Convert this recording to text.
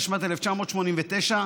התשמ"ט 1989,